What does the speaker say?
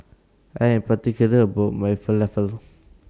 I Am particular about My Falafel